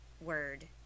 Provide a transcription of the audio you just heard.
word